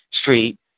Street